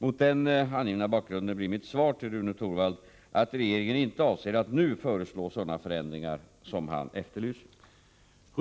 Mot den angivna bakgrunden blir mitt svar till Rune Torwald att regeringen inte avser att nu föreslå sådana ändringar som han efterlyser.